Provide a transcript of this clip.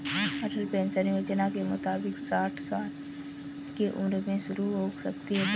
अटल pension Yojana के मुताबिक साठ साल की उम्र में शुरू हो सकती है पेंशन